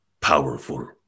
powerful